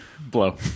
Blow